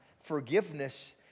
Forgiveness